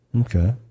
Okay